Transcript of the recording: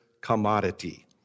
commodity